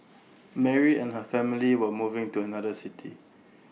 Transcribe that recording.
Mary and her family were moving to another city